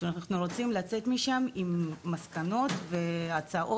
אנחנו רוצים לצאת משם עם מסקנות והצעות